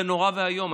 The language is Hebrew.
זה נורא ואיום.